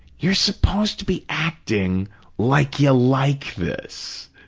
you're supposed to be acting like you like this.